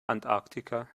antarktika